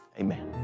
Amen